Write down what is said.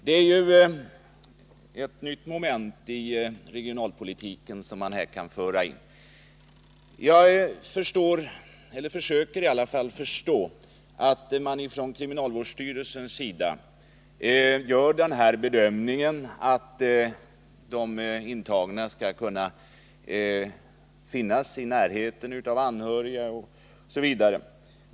Det är ett nytt moment i regionalpolitiken som här förs in. Jag förstår — eller försöker i alla fall förstå — att man från kriminalvårdsstyrelsens sida gör den bedömningen att de intagna skall kunna befinna sig i närheten av sina anhöriga osv.